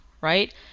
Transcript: right